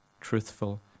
truthful